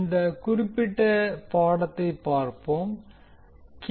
இந்த குறிப்பிட்ட பாடத்தை பார்ப்போம் கே